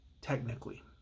technically